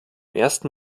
ersten